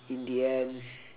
in the end